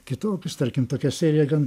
kitokius tarkim tokia serija gan